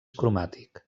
cromàtic